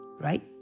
right